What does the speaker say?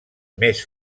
més